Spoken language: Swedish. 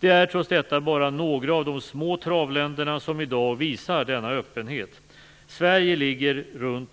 Det är trots detta bara några av de små travländerna som i dag visar denna öppenhet. Sverige ligger runt